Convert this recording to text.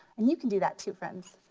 and you can do that too friends.